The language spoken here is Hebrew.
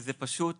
זה פשוט